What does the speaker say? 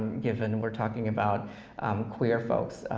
given we're talking about queer folks,